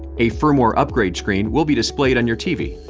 a firmware upgrade screen will be displayed on your tv.